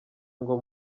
ngo